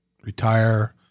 retire